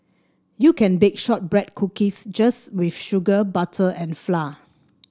you can bake shortbread cookies just with sugar butter and flour